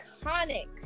iconic